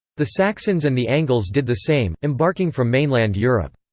the saxons and the angles did the same, embarking from mainland europe.